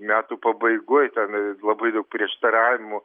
metų pabaigoj ten labai daug prieštaravimų